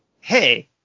hey